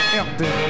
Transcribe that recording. empty